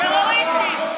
טרוריסטים,